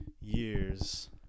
years